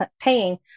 paying